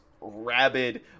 rabid